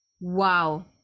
Wow